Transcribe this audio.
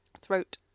Throat